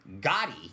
Gotti